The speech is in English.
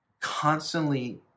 constantly